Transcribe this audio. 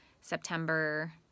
September